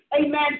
amen